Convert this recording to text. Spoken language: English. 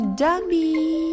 dummy